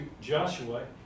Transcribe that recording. Joshua